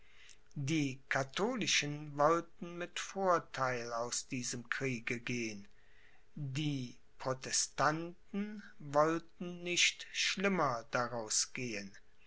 die katholischen wollten mit vortheil aus diesem kriege gehen die protestanten wollten nicht schlimmer daraus gehen